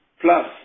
plus